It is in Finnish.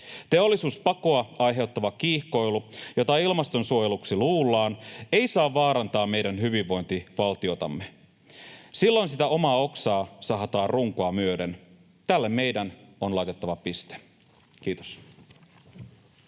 Teollisuuspakoa aiheuttava kiihkoilu, jota ilmastonsuojeluksi luullaan, ei saa vaarantaa meidän hyvinvointivaltiotamme. Silloin sitä omaa oksaa sahataan runkoa myöden. Tälle meidän on laitettava piste. — Kiitos.